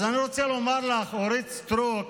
אז אני רוצה לומר לך, אורית סטרוק,